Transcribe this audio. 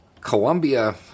Colombia